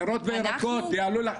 פירות וירקות יעלו לך --- אנחנו?